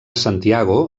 santiago